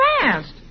fast